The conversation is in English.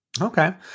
Okay